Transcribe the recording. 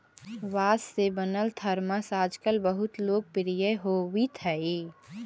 बाँस से बनल थरमस आजकल बहुत लोकप्रिय होवित हई